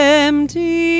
empty